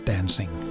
Dancing